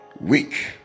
week